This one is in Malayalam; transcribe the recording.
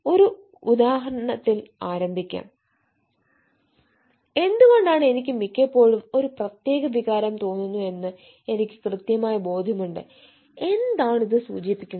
ഒരു ഉദ്ധാഹരണത്തിൽ ആരംഭിക്കാം എന്തുകൊണ്ടാണ് എനിക്ക് മിക്കപ്പോഴും ഒരു പ്രത്യേക വികാരം തോനുന്നു എന്നത് എനിക്ക് കൃത്യമായി ബോധ്യമുണ്ട് എന്താണ് ഇത് സൂചിപ്പിക്കുന്നത്